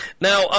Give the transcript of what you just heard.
Now